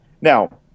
Now